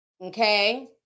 Okay